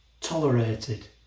tolerated